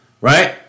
right